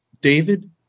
david